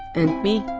and me?